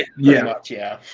ah yeah. yeah.